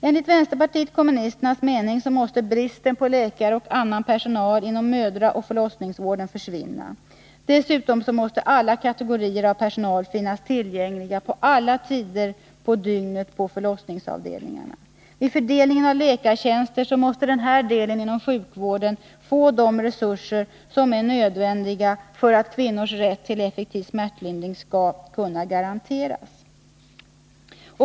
Enligt vpk:s mening måste bristen på läkare och annan personal inom mödraoch förlossningsvården försvinna. Dessutom måste alla kategorier av personal finnas tillgängliga alla tider på dygnet på förlossningsavdelningarna. Vid fördelningen av läkartjänster måste denna del inom sjukvården få de resurser som är nödvändiga för att kvinnors rätt till effektiv smärtlindring skall kunna garanteras.